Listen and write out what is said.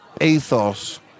ethos